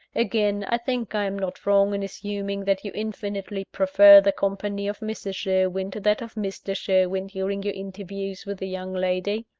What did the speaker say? again i think i am not wrong in assuming that you infinitely prefer the company of mrs. sherwin to that of mr sherwin, during your interviews with the young lady?